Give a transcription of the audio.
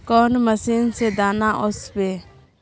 कौन मशीन से दाना ओसबे?